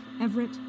Everett